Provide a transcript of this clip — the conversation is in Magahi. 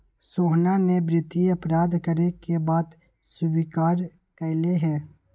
सोहना ने वित्तीय अपराध करे के बात स्वीकार्य कइले है